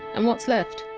and what's left?